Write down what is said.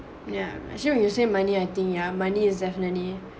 yeah actually when you say money I think yeah money is definitely